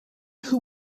who